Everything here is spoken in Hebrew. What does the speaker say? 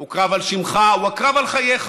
הוא קרב על שמך, הוא הקרב על חייך.